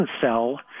sell